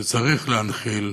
שצריך להנחיל